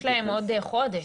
יש להם עוד חודש.